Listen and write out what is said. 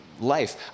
life